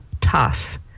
tough